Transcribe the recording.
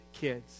kids